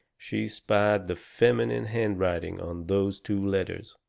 she spied the feminine handwriting on those two letters.